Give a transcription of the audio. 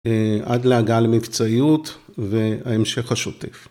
עד להגעה למבצעיות וההמשך השוטף.